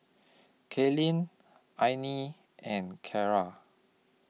Katelynn Alani and Kiara